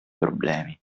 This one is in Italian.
problemi